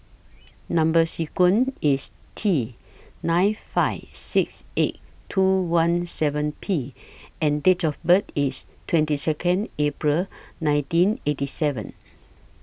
Number sequence IS T nine five six eight two one seven P and Date of birth IS twenty Second April nineteen eighty seven